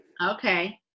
Okay